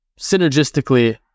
synergistically